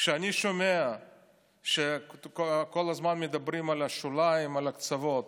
כשאני שומע שכל הזמן מדברים על השוליים, על הקצוות